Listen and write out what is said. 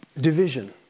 division